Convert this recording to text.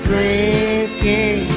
drinking